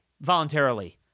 voluntarily